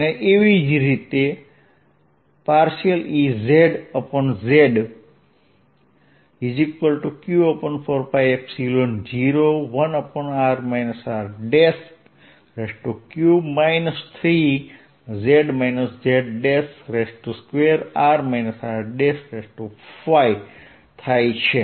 અને તેવી જ રીતે Ez∂zq4π01r r3 3z z2r r5 થશે